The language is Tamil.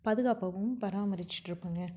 பாதுகாப்பாகவும் பராமரிச்சிட்டிருப்போங்க